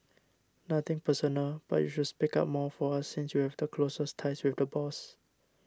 nothing personal but you should speak up more for us since you have the closest ties with the boss